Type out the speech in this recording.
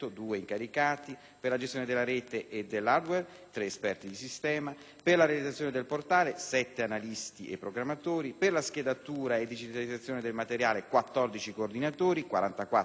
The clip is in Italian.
per la gestione della rete e dell'hardware: 3 esperti di sistema; per la realizzazione del portale: 7 analisti e programmatori; per la schedatura e digitalizzazione del materiale: 14 coordinatori, 44 schedatori